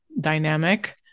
dynamic